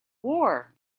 war